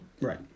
Right